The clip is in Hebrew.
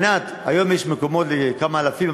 היום יש מקומות לכמה אלפים,